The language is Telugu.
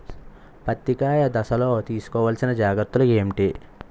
పత్తి కాయ దశ లొ తీసుకోవల్సిన జాగ్రత్తలు ఏంటి?